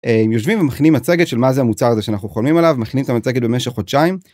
יושבים ומכינים מצגת של מה זה המוצר הזה שאנחנו חולמים עליו. מכנים את המצגת במשך חודשיים.